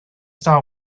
star